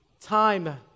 time